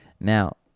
Now